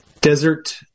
Desert